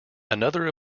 another